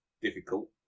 difficult